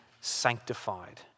sanctified